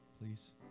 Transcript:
please